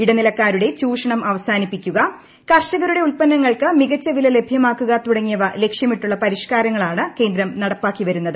ഇടനിലക്കാരുടെ ചൂഷണം അവസാനിപ്പിക്കുക കർഷകരുടെ ഉൽപ്പന്നങ്ങൾക്ക് മികച്ച വില ലഭ്യമാക്കുക തുടങ്ങിയവ ലക്ഷ്യമിട്ടുള്ള പരിഷ്കാരങ്ങളാണ് കേന്ദ്രം നടപ്പാക്കി വരുന്നത്